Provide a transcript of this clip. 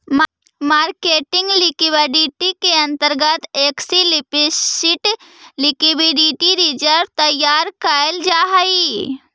marketing liquidity के अंतर्गत explicit liquidity reserve तैयार कैल जा हई